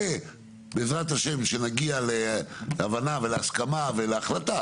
ובעזרת ה' כשנגיע להבנה ולהסכמה ולהחלטה,